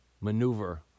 maneuver